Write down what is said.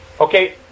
Okay